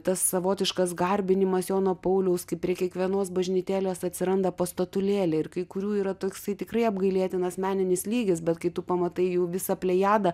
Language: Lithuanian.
tas savotiškas garbinimas jono pauliaus kai prie kiekvienos bažnytėlės atsiranda po statulėlę ir kai kurių yra toksai tikrai apgailėtinas meninis lygis bet kai tu pamatai jų visą plejadą